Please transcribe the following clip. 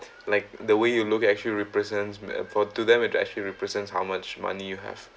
like the way you look actually represents may afford to them it actually represents how much money you have